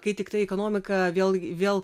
kai tiktai ekonomika vėl vėl